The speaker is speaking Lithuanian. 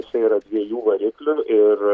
jisai yra dviejų variklių ir